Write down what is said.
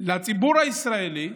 לציבור הישראלי,